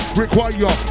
require